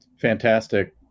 Fantastic